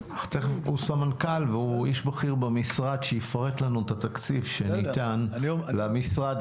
הוא סמנכ"ל והוא איש בכיר במשרד שיפרט לנו את התקציב שניתן למשרד,